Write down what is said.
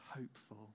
hopeful